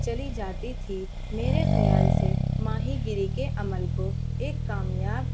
چلی جاتی تھی میرے خیال سے ماہی گیری کے عمل کو ایک کامیاب